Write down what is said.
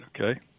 Okay